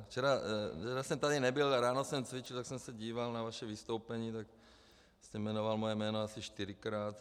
Včera jsem tady nebyl a ráno jsem cvičil, tak jsem se díval na vaše vystoupení, tak jste jmenoval moje jméno asi čtyřikrát.